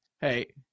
hey